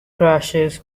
crashes